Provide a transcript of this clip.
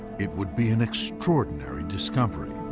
it would be an extraordinary discovery.